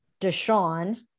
Deshaun